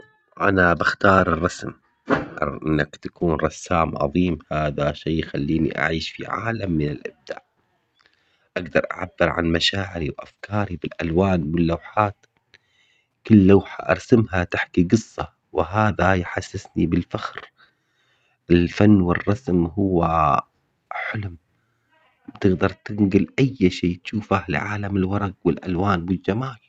انا بختار الرسم. انك تكون رسام عظيم فهذا شيء يخليني اعيش في عالم من الابداع. اقدر اعبر عن مشاعري وافكاري بالالوان واللوحات. كل لوحة ارسمها تحكي قصة وهذا يحسسني بالفخر. الفن والرسم هو حلم تقدر تنقل اي شي تشوفه لعالم الورق والالوان بالجمال